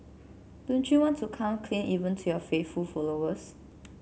don't you want to come clean even to your faithful followers